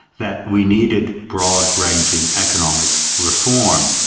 that we needed broad ranging economic reform.